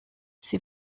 sie